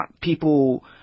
People